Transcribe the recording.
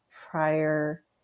prior